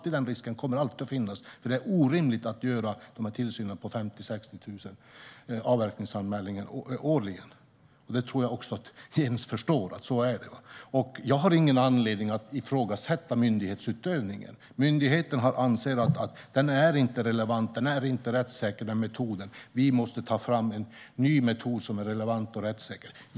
Den risken finns alltid, för det är orimligt att göra den här tillsynen på 50 000-60 000 avverkningsanmälningar årligen. Det tror jag att Jens förstår. Jag har ingen anledning att ifrågasätta myndighetsutövningen. Myndigheten anser att metoden inte är rättssäker eller relevant och att man måste ta fram en ny metod som är rättssäker och relevant.